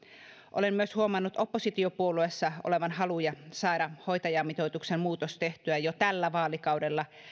olen myös huomannut oppositiopuolueissa olevan haluja saada hoitajamitoituksen muutos tehtyä jo tällä vaalikaudella